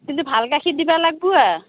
কিন্তু ভাল গাখীৰ দিব লাগবু আ